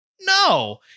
No